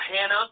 Hannah